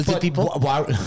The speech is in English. people